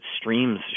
streams